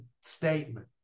statement